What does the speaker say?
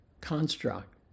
construct